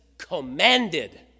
Commanded